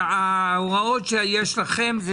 בקיצור את אומרת שההוראות שיש לכם זה